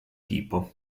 tipo